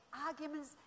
arguments